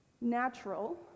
Natural